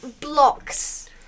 blocks